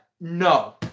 No